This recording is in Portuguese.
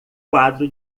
quadro